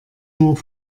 nur